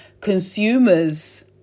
consumers